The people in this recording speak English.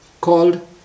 called